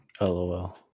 LOL